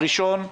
הראשון,